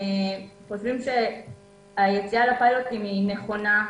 חושבים שהיציאה לפיילוט נכונה.